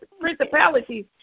principalities